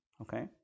okay